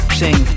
sing